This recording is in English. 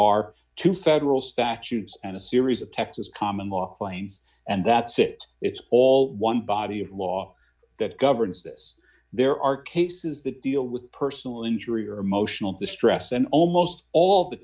are two federal statutes and a series of texas common law claims and that's it it's all one body of law that governs this there are cases that deal with personal injury or emotional distress and almost all